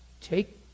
take